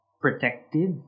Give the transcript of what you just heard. protected